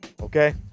okay